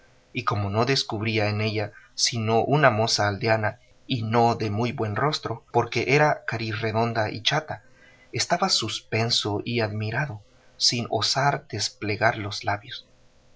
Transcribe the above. y como no descubría en ella sino una moza aldeana y no de muy buen rostro porque era carirredonda y chata estaba suspenso y admirado sin osar desplegar los labios